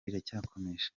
riracyakomeje